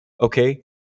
Okay